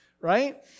right